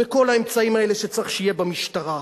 בכל האמצעים האלה שצריך שיהיו במשטרה,